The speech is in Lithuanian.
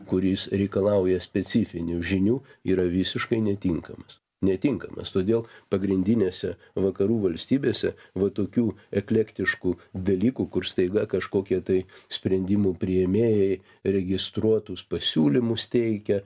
kuris reikalauja specifinių žinių yra visiškai netinkamas netinkamas todėl pagrindinėse vakarų valstybėse va tokių eklektiškų dalykų kur staiga kažkokie tai sprendimų priėmėjai registruotus pasiūlymus teikia